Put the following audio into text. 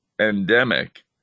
endemic